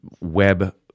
web